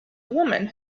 woman